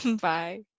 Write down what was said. Bye